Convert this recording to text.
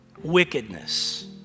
wickedness